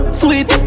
sweet